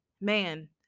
man